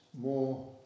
more